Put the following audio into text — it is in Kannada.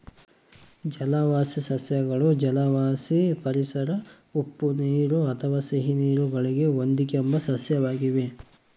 ಜಲವಾಸಿ ಸಸ್ಯಗಳು ಜಲವಾಸಿ ಪರಿಸರ ಉಪ್ಪುನೀರು ಅಥವಾ ಸಿಹಿನೀರು ಗಳಿಗೆ ಹೊಂದಿಕೆಂಬ ಸಸ್ಯವಾಗಿವೆ